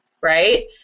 right